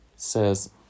says